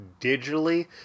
digitally